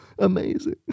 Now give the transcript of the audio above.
Amazing